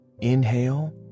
inhale